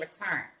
return